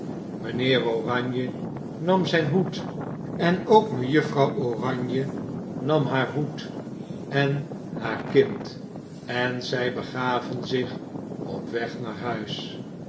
mynheer oranje nam zyn hoed en ook mejuffrouw oranje nam haar hoed en haar kind en zy begaven zich op weg naar huis